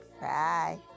Bye